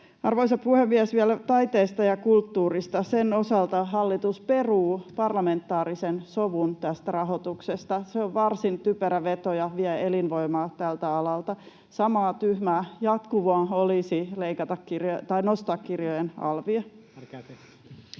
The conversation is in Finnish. Arvoisa puhemies! Vielä taiteesta ja kulttuurista. Sen osalta hallitus peruu parlamentaarisen sovun tästä rahoituksesta. Se on varsin typerä veto ja vie elinvoimaa tältä alalta. Samaa tyhmää jatkumoa olisi nostaa kirjojen alvia.